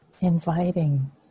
Inviting